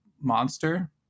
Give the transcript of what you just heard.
monster